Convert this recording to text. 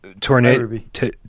Tornado